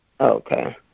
Okay